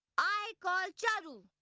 i call charu.